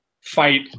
fight